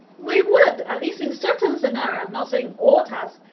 we would, at least in certain scenario, i'm not saying all task,